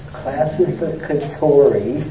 classificatory